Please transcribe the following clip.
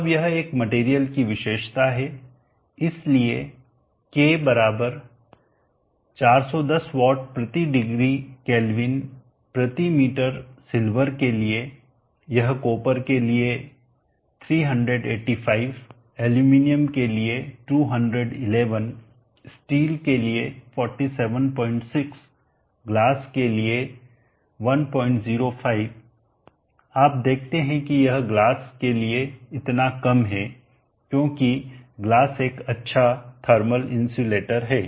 अब यह एक मटेरियल की विशेषता है इसलिए k 410 वाट प्रति डिग्री केल्विन प्रति मीटर सिल्वर के लिए यह कोपर के लिए 385 एल्यूमीनियम के लिए 211 स्टील के लिए 476 ग्लास के लिए 105 आप देखते हैं कि यह ग्लास के लिए इतना कम है क्योंकि ग्लास एक अच्छा थर्मल इन्सुलेटर है